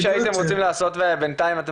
יש דברים שהייתם רוצים לעשות ובינתיים אתם